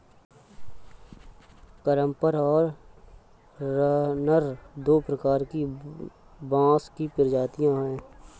clumper और runner दो प्रकार की बाँस की प्रजातियाँ हैं